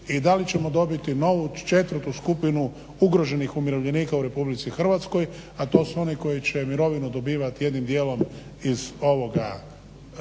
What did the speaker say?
I da li ćemo dobiti novu četvrtu skupinu ugroženih umirovljenika u RH? A to su oni koji će mirovinu dobivati jednim dijelom iz ovoga Zavoda